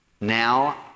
now